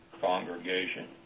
congregation